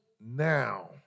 now